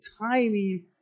timing